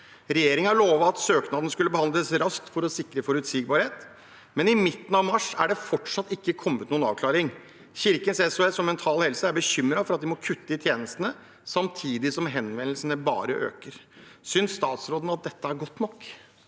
Regjeringen lovet at søknadene skulle behandles raskt for å sikre forutsigbarhet, men i midten av mars er det fortsatt ikke kommet noen avklaring. Kirkens SOS og Mental Helse er bekymret for at de må kutte i tjenestene, samtidig som henvendelsene bare øker. Synes statsråden dette er godt nok?»